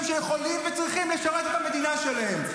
שיכולים וצריכים לשרת את המדינה שלהם.